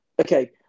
Okay